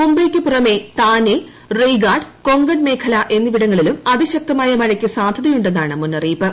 മുംബൈയ്ക്കു പുറമെതാനെ റെയ്ഗാർഡ് കൊങ്കൺ മേഖലഎന്നിവിടങ്ങളിലുംഅതിശക്തമായമഴയ്ക്ക് സാധ്യതയു ന്നാണ്മുന്നറിയിപ്പ്